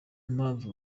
mpamvu